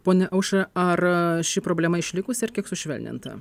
ponia aušra ar ši problema išlikusi ar kiek sušvelninta